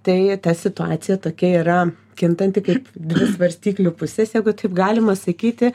tai ta situacija tokia yra kintanti kaip dvi svarstyklių pusės jeigu taip galima sakyti